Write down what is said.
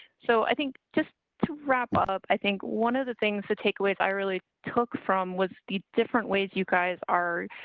so, i think just to wrap up, i think one of the things to take with i really took from was the different ways. you guys are